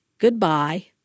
goodbye